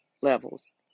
levels